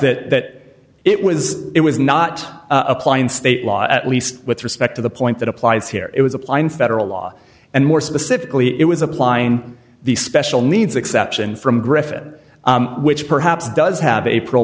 correct that it was it was not applying state law at least with respect to the point that applies here it was applied in federal law and more specifically it was applying the special needs exception from griffith which perhaps does have a pr